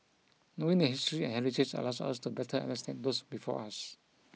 knowing their history and heritage allows us to better understand those before us